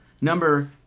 number